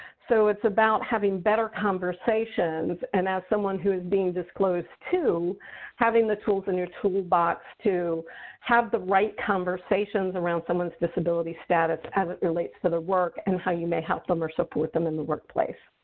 so it's about having better conversations. and as someone who is being disclosed to having the tools in your toolbox to have the right conversations around someone's disability status, as it relates to the work and how you may help them and support them in the workplace.